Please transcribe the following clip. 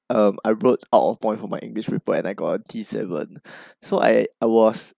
um I wrote out of point for my english report and I got a D seven so I I was